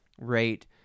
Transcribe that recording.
rate